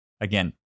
Again